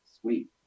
sweet